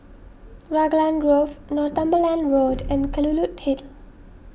Raglan Grove Northumberland Road and Kelulut Hill